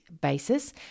basis